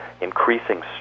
increasing